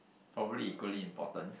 probably equally important